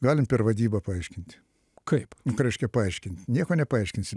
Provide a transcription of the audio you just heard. galim per vadybą paaiškint kaip nu ką reiškia paaiškint nieko nepaaiškinsi